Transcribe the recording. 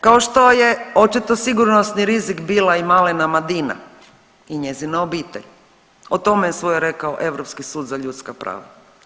Kao što je očito sigurnosni rizik bila i malena Madina i njezina obitelj, o tome je svoje rekao Europski sud za ljudska prava.